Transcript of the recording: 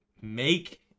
make